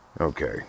Okay